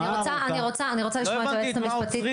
אני רוצה לשמוע את היועצת המשפטית.